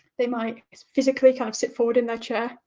they might physically kind of sit forward in their chair,